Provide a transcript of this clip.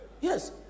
Yes